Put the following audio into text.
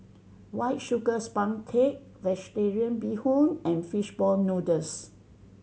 White Sugar Sponge Cake Vegetarian Bee Hoon and fish ball noodles